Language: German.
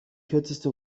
kürzeste